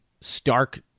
stark